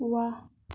वाह